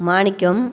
மாணிக்கம்